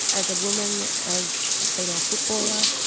as a woman, as a female footballer,